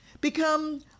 Become